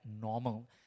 normal